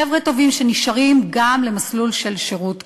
חבר'ה טובים שנשארים גם למסלול של שירות קבע.